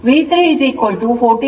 V3 14